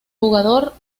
jugador